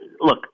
Look